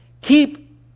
keep